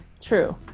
True